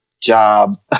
job